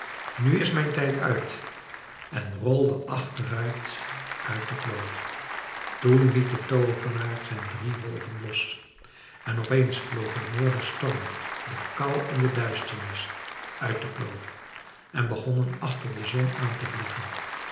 nu is mijn tijd uit en rolde achteruit uit de kloof toen liet de toovenaar zijn drie wolven los en opeens vlogen de noorderstorm de kou en de duisternis uit de kloof en begonnen achter de zon aan te vliegen